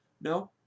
No